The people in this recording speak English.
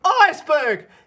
Iceberg